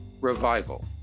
revival